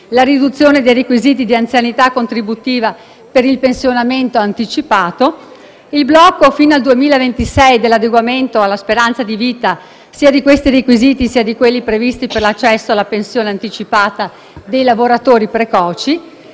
la riduzione dei requisiti di anzianità contributiva per il pensionamento anticipato, il blocco fino al 2026 dell'adeguamento alla speranza di vita sia di questi requisiti sia di quelli previsti per l'accesso alla pensione anticipata dei lavoratori precoci